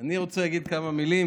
אני רוצה להגיד כמה מילים,